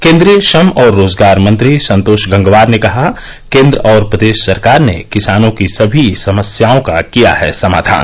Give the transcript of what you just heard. केन्द्रीय श्रम और रोजगार मंत्री संतोष गंगवार ने कहा केन्द्र और प्रदेश सरकार ने किसानों की समी समस्याओं का किया है समाधान